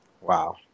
Wow